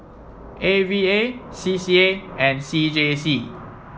A V A C C A and C J C